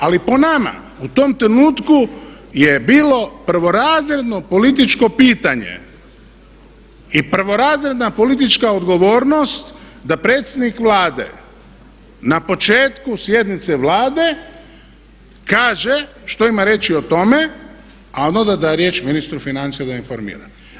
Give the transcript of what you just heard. Ali po nama u tom trenutku je bilo prvorazredno političko pitanje i prvorazredna politička odgovornost da predsjednik Vlade na početku sjednice Vlade kaže što ima reći o tome, a onda da riječ ministru financija da informira.